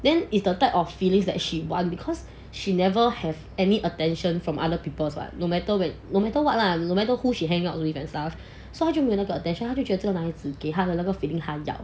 then is the type of feeling that she want because she never have any attention from other people but no matter where no matter what lah no matter who she hang out with and stuff so 他就没那个 attention then 这个男孩子给他那个 feeling 他要